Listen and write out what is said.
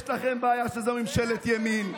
יש לכם בעיה שזו ממשלת ימין,